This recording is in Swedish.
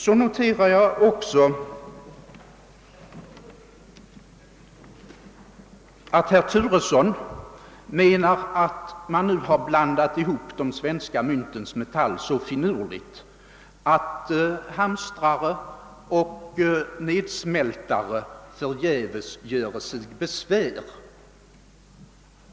Så noterar jag också att herr Turesson menar att man nu har blandat ihop de svenska myntens metaller så finurligt, att hamstrare och nedsmältare förgäves göre sig besvär.